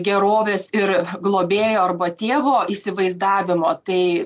gerovės ir globėjo arba tėvo įsivaizdavimo tai